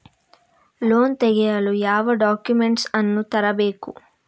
Loan ತೆಗೆಯಲು ಯಾವ documents ಅನ್ನು ತರಬೇಕು?